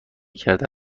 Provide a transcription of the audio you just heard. کرده